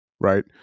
right